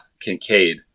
Kincaid